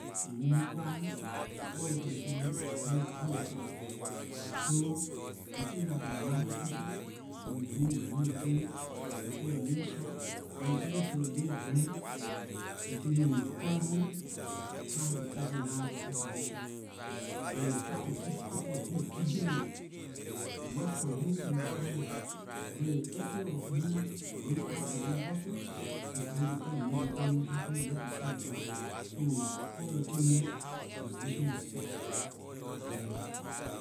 Ley woman crying and all those kinda tin dem me ahn like it so ley tin dem I can admire people when you go you do yor tin you cut yor ley shot or you even take yor ley brand when you come home try to organize yor operation try to keep focus be vigilant work for you and yor family becor ley essence of you going out to go hustle is for you to come and make ley family happy not to feel bad so when you cut yor tin dem position yor seh yeah